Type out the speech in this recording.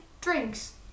drinks